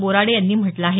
बोराडे यांनी म्हटलं आहे